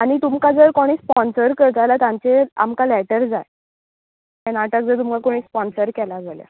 आनी तुमका जर कोणूय स्पोंसर करतलो जाल्यार तांचे आमका लॅटर जाय नाटक जर तुमका कोणे स्पोंसर केला जाल्यार